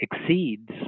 exceeds